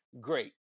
great